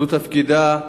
זה תפקידה,